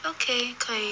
okay 可以